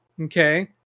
okay